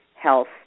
health